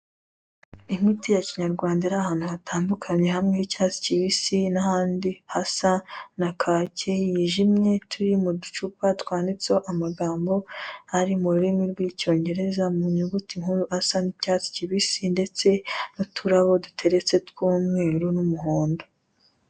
Imiti ya kinyarwanda iri ahantu hatandukanye, hamwe h'icyatsi kibisi n'ahandi hasa na kaki yijimye, turi mu ducupa twanditseho amagambo ari mu rurimi rw'Icyongereza mu nyuguti nkuru, asa n'icyatsi kibisi ndetse n'uturabo duteretse tw'umweru n'umuhondo.